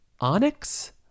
Onyx